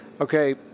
Okay